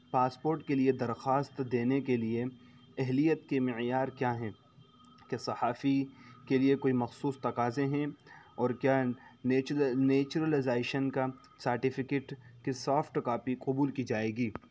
passport کے لیے درخواست دینے کے لیے اہلیت کے معیار کیا ہیں کیا صحافی کے لیے کوئی مخصوص تقاضے ہیں اور کیا نیچرلائزیشن کا سارٹیفکیٹ کی سافٹ کاپی قبول کی جائے گی